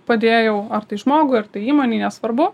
padėjau ar tai žmogui ir tai įmonei nesvarbu